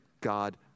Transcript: God